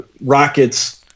Rockets